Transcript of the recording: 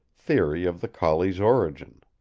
theory of the collie's origin.